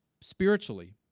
spiritually